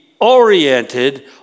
oriented